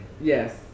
Yes